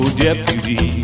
deputy